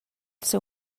seu